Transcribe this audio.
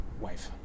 wife